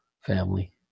Family